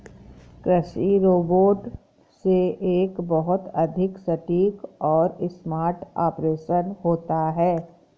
कृषि रोबोट से एक बहुत अधिक सटीक और स्मार्ट ऑपरेशन होता है